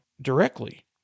directly